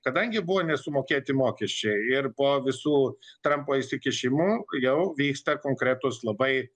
kadangi buvo nesumokėti mokesčiai ir po visų trampo įsikišimų jau vyksta konkretūs labai